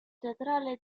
teatrale